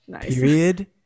Period